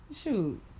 shoot